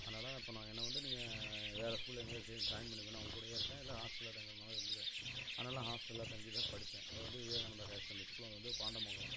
அதனால் இப்போ நான் என்ன வந்து நீங்கள் வேற ஸ்கூல்ல எங்கேயாச் சேர்ந்து ஜாயின் பண்ணி நான் உங்கள் கூடேயே இருக்கேன் இல்லை ஹாஸ்ட்டல்ல தங்கிற மாதிரி இருந்துக்கிறேன் அதனால் ஹாஸ்ட்டல்ல தங்கிதான் படித்தேன் அது வந்து விவேகானந்தா ஹயர் செகண்டரி ஸ்கூல் அங்கே வந்து பாண்டமங்கலம்